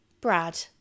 Brad